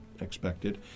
expected